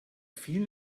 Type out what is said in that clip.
vielen